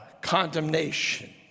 condemnation